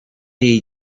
jej